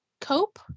Cope